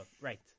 right